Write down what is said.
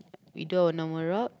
we do our normal job